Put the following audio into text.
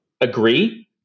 agree